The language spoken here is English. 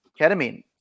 ketamine